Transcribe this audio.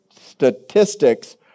statistics